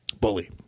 Bully